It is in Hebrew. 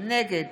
נגד